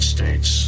States